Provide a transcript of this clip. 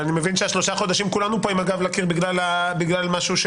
אבל אני מבין ששלושה חודשים כולנו פה עם הגב לקיר בגלל משהו,